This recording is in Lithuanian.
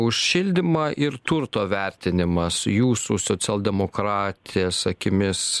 už šildymą ir turto vertinimas jūsų socialdemokratės akimis